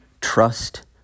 trust